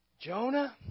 Jonah